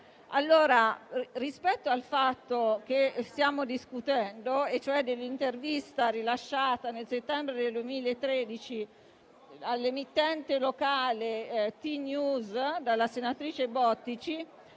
Rispetto al fatto che stiamo discutendo, ossia l'intervista rilasciata nel settembre 2013 all'emittente locale Ttnews 24 dalla senatrice Bottici,